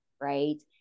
right